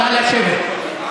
נא לשבת.